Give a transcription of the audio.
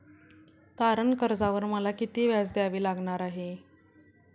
तारण कर्जावर मला किती व्याज द्यावे लागणार आहे?